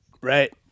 Right